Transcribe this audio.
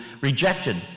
rejected